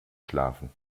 schlafen